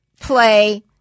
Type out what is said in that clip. play